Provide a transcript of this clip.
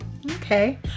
okay